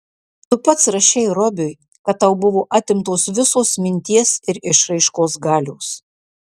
tu pats rašei robiui kad tau buvo atimtos visos minties ir išraiškos galios